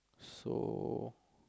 so